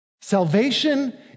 Salvation